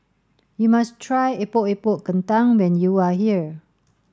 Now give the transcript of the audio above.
you must try Epok Epok Kentang when you are here